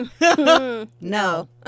No